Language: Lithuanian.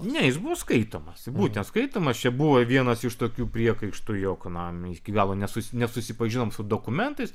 ne jis bus skaitomas būtent skaitomas čia buvo vienas iš tokių priekaištų jog na iki galo nesusi nesusipažinom su dokumentais